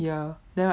ya